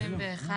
נמשיך.